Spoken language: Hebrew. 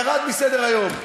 ירד מסדר-היום.